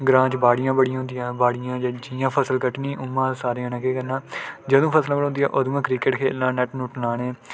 ग्रांऽ च बाड़ियां बड़ियां होंदियां हियां जि'यां फसल कट्टनी उ'आं सारें जनें केह् करना जदूं फसल बड़ोंदी अदूं गै क्रिकेट खेढ़ना नैट्ट नूट्ट लाने